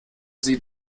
sie